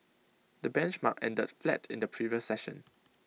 the benchmark ended flat in the previous session